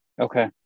Okay